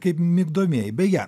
kaip migdomieji beje